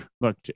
look